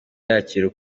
yakira